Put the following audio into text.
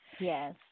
Yes